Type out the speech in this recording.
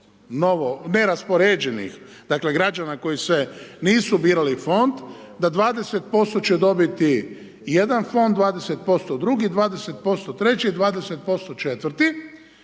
20% neraspoređenih građa koji se nisu birali u fond, da 20% će dobiti jedan fond, 20% drugi, 20% treći, 20% četvrti